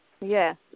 Yes